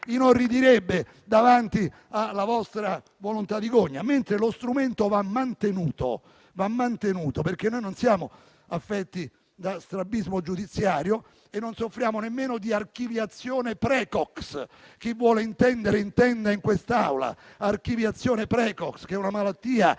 inorridirebbe davanti alla vostra volontà di gogna. Lo strumento, invece, va mantenuto. Noi non siamo affetti da strabismo giudiziario e non soffriamo nemmeno di archiviazione *precox* - chi vuole intendere intenda in quest'Aula - che è una malattia